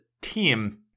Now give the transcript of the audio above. team